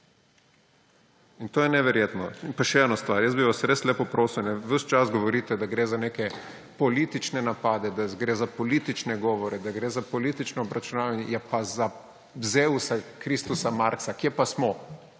To je neverjetno. Pa še ena stvar. Jaz bi vas res lepo prosil, ves čas govorite, da gre za neke politične napade, da gre za politične govore, da gre za politično obračunavanje – ja pa za Zevsa, Kristusa, Marxa, kje pa smo?